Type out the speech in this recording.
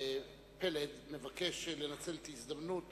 פלד מבקש לנצל את ההזדמנות